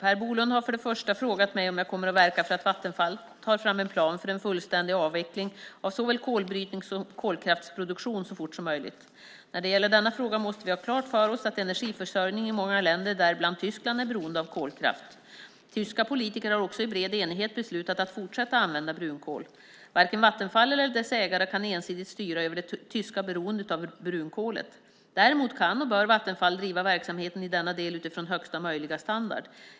Fru talman! Per Bolund har frågat mig om jag kommer att verka för att Vattenfall tar fram en plan för en fullständig avveckling av såväl kolbrytning som kolkraftsproduktion så fort som möjligt. När det gäller denna fråga måste vi ha klart för oss att energiförsörjningen i många länder, däribland Tyskland, är beroende av kolkraft. Tyska politiker har också i bred enighet beslutat att fortsätta att använda brunkol. Varken Vattenfall eller dess ägare kan ensidigt styra över det tyska beroendet av brunkolet. Däremot kan och bör Vattenfall driva verksamheten i denna del utifrån högsta möjliga standard.